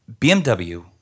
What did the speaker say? BMW